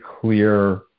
clear